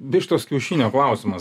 vištos kiaušinio klausimas